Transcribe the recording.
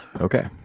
Okay